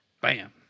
Bam